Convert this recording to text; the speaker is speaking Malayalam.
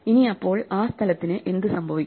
ഇനി അപ്പോൾ ആ സ്ഥലത്തിന് എന്ത് സംഭവിക്കും